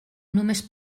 només